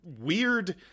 weird